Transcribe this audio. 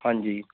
ਹਾਂਜੀ